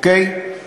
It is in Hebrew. אוקיי?